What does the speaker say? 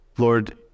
Lord